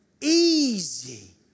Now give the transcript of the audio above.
easy